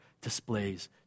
Displays